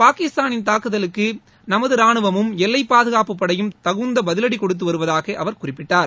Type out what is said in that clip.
பாகிஸ்தானின் தாக்குதலுக்கு நமது ராணுவமும் எல்லை பாதுகாப்புப் படையும் தொடர்ந்து தகுந்த பதிவடி கொடுத்து வருவதாக அவர் குறிப்பிட்டார்